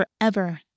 Forever